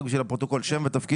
להפרשות.